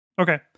Okay